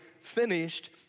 finished